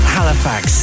Halifax